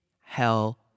hell